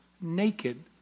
naked